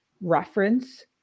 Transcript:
reference